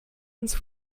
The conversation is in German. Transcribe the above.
uns